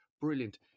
Brilliant